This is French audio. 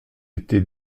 été